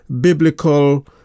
biblical